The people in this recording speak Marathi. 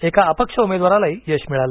एका अपक्ष उमेदवारालाही यश मिळालं